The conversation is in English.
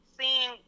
seeing